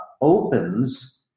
opens